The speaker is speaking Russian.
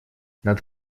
над